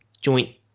joint